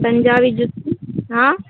पञ्जाबी जुत्ती हँ